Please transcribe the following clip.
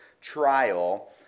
trial